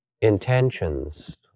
intentions